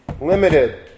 limited